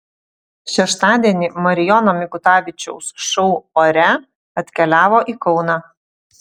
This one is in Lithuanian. šeštadienį marijono mikutavičiaus šou ore atkeliavo į kauną